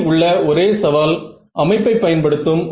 இது வந்து Xa